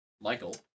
Michael